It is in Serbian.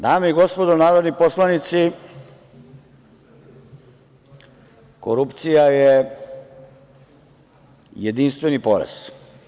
Dame i gospodo narodni poslanici, korupcija je jedinstveni porez.